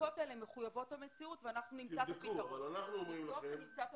ונותן צפי לכמות העולים שאמורים להגיע בשנים